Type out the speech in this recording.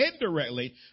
indirectly